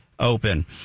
open